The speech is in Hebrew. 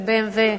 את הנפח של BMW,